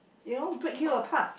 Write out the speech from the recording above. you know break you apart